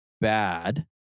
bad